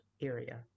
area